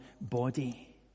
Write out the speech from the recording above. body